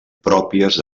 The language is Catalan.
pròpies